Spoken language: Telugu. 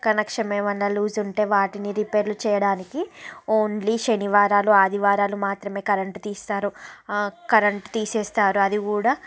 కనెక్షమ్ ఎమన్న లూజ్ ఉంటె వాటిని రిపేర్లు చేయడానికి ఓన్లీ శనివారాలు ఆదివారాలు మాత్రమే కరెంట్ తీస్తారు కరెంట్ తీసేస్తారు అది కూడా